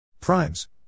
primes